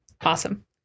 Awesome